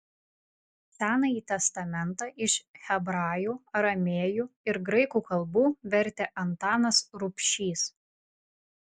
senąjį testamentą iš hebrajų aramėjų ir graikų kalbų vertė antanas rubšys